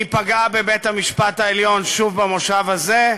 היא פגעה בבית-המשפט העליון שוב במושב הזה.